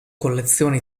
collezione